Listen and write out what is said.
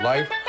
Life